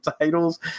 titles